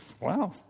Wow